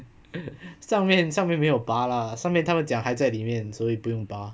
上面上面没有扒啦上面他们讲还在里面所以不用扒